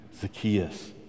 Zacchaeus